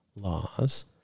laws